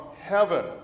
heaven